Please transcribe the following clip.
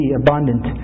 abundant